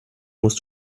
musst